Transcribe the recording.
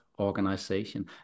organization